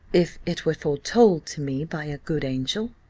if it were foretold to me by a good angel,